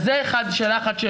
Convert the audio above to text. זו שאלה אחת.